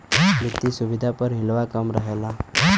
वित्तिय सुविधा प हिलवा कम रहल